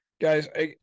Guys